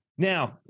Now